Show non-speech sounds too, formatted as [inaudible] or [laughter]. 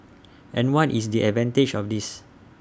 [noise] and what is the advantage of this